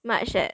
much eh